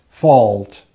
fault